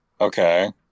Okay